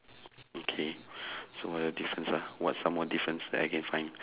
okay so what are the difference ah what's some more difference that I can find